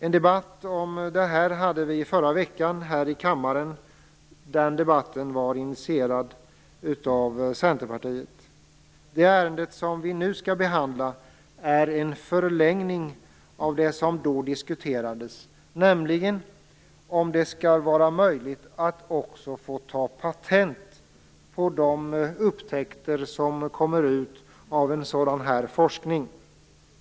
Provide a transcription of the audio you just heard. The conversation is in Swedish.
En debatt om det hade vi i förra veckan här i kammaren. Den var initierad av Centerpartiet. Det ärende som vi nu skall behandla är en förlängning av det som då diskuterades, nämligen om det skall vara möjligt att också få ta patent på de upptäckter som kommer ut av en sådan forskning.